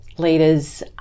leaders